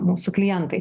mūsų klientai